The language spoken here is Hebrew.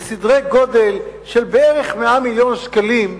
בסדרי-גודל של בערך 100 מיליון שקלים,